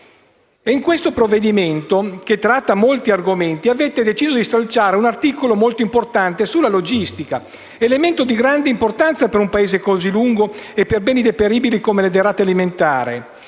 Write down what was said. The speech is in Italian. In questo provvedimento, che tratta molti argomenti, avete deciso di stralciare l'articolo, molto importante, sulla logistica, elemento di grande importanza per un Paese così lungo e per beni deperibili come le derrate alimentare.